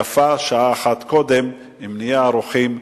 יפה שעה אחת קודם אם נהיה ערוכים.